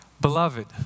Beloved